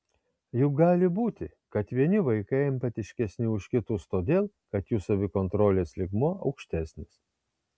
juk gali būti kad vieni vaikai empatiškesni už kitus todėl kad jų savikontrolės lygmuo aukštesnis